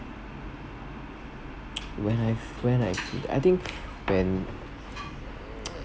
when I f~ when I feel that I think when